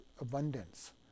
abundance